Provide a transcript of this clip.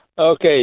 Okay